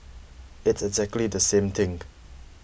it's exactly the same thing